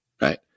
right